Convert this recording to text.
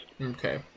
okay